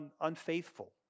unfaithful